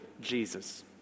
Jesus